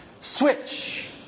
switch